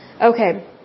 Okay